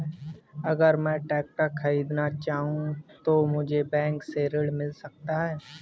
अगर मैं ट्रैक्टर खरीदना चाहूं तो मुझे बैंक से ऋण मिल सकता है?